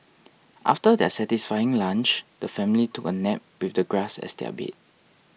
after their satisfying lunch the family took a nap with the grass as their bed